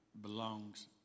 belongs